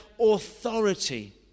authority